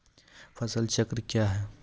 फसल चक्रण कया हैं?